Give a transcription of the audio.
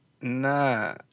nah